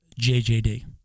JJD